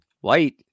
white